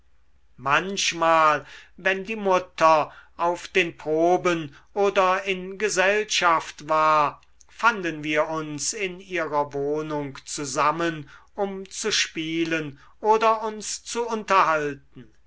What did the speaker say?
manchmal wenn die mutter auf den proben oder in gesellschaft war fanden wir uns in ihrer wohnung zusammen um zu spielen oder uns zu unterhalten